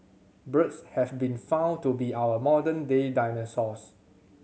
birds have been found to be our modern day dinosaurs